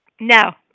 No